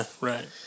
Right